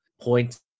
points